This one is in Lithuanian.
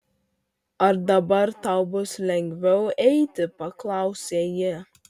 ar dabar tau bus lengviau eiti paklausė ji